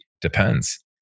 depends